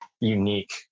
unique